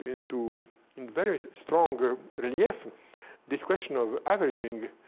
into and very strong relief this question of averaging,